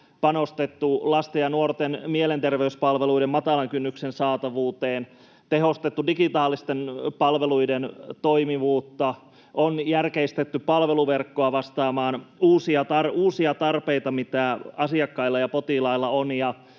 on panostettu lasten ja nuorten mielenterveyspalveluiden matalan kynnyksen saatavuuteen, tehostettu digitaalisten palveluiden toimivuutta, on järkeistetty palveluverkkoa vastaamaan uusia tarpeita, mitä asiakkailla ja potilailla on,